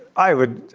i would.